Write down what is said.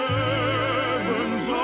heavens